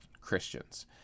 Christians